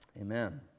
Amen